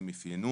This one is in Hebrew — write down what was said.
הם אפיינו